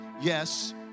Yes